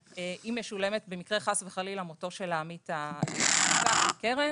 משולמת במקרה חס וחלילה מותו של העמית או העמיתה בקרן